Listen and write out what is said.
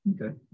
Okay